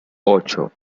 ocho